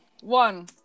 one